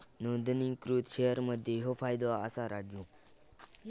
नोंदणीकृत शेअर मध्ये ह्यो फायदो असा राजू